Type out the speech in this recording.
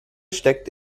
steckt